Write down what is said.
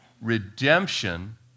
redemption